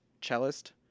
cellist